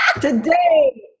Today